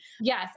yes